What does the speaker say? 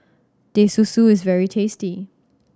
Teh Susu is very tasty